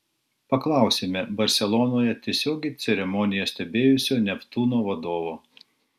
paklausėme barselonoje tiesiogiai ceremoniją stebėjusio neptūno vadovo